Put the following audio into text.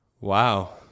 Wow